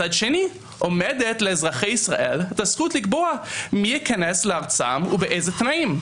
מצד שני עומדת לאזרחי ישראל הזכות לקבוע מי ייכנס לארצם ובאילו תנאים.